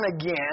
again